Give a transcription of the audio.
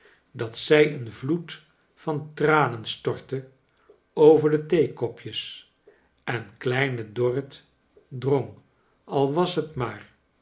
dat zij een vloed van tranen stortte over de theekopjes en kleine j dorrit drong al was het maar